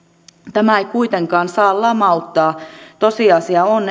tämä ei kuitenkaan saa lamauttaa tosiasia on